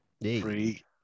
Free